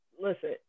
listen